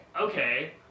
okay